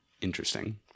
Interesting